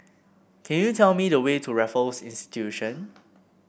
can you tell me the way to Raffles